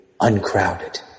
uncrowded